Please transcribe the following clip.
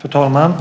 Fru talman!